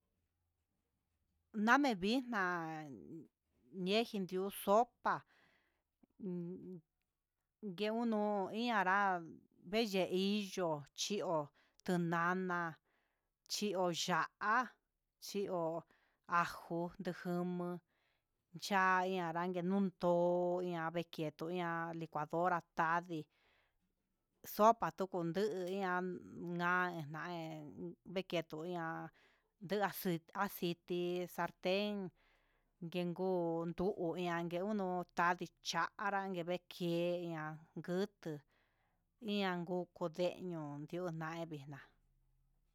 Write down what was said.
Namen vixna ndejin di'ó sopa un ngue uno yenanrá yee hevii, chó ihó tunana chió ya'á chió ajo tejunmu cha'a anrague ndundó ñaveketo ihá licuadora tadii, sopa ndukundu ihá nda he nda he ndekendo ihá aciti, salten nguengu tuu ian ngue nguu no'o tanya'a anranke ngue'a nguetu ian nguu kundeño tina evixna.